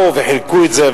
באו וחילקו את זה,